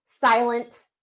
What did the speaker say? silent